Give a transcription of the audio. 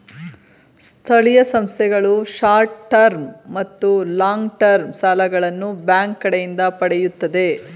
ಸ್ಥಳೀಯ ಸಂಸ್ಥೆಗಳು short term ಮತ್ತು ಲಾಂಗ್ ಟರ್ಮ್ ಸಾಲಗಳನ್ನು ಬ್ಯಾಂಕ್ ಕಡೆಯಿಂದ ಪಡೆಯುತ್ತದೆ